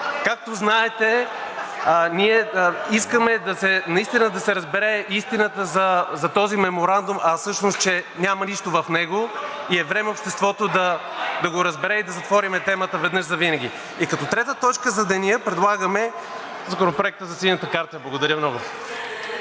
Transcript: Както знаете, ние искаме наистина да се разбере истината за този меморандум, а всъщност, че няма нищо в него и е време обществото да го разбере и да затворим темата веднъж завинаги. И като т. 3 за деня предлагаме Законопроекта за Синята карта. Благодаря много.